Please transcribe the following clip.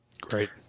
Great